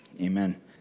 Amen